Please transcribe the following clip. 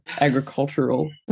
agricultural